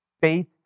Faith